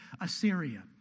Assyria